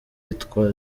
yitwa